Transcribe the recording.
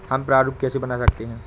हम प्रारूप कैसे बना सकते हैं?